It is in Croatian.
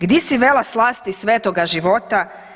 Gdi si vela slasti svetoga života?